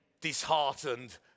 disheartened